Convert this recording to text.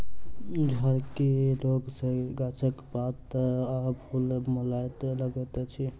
झड़की रोग सॅ गाछक पात आ फूल मौलाय लगैत अछि